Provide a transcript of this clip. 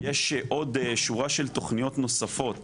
יש עוד שורה של תכניות נוספות